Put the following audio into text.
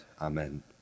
amen